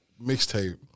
mixtape